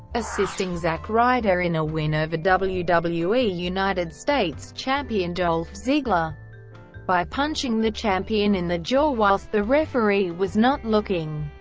assisting zack ryder in a win over wwe wwe united states champion dolph ziggler by punching the champion in the jaw whilst the referee was not looking.